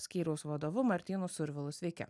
skyriaus vadovu martynu survilu sveiki